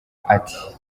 ati